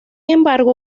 embargo